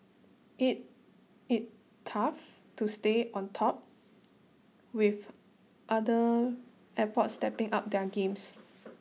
it it tough to stay on top with other airports stepping up their game